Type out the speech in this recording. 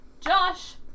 Josh